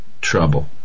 trouble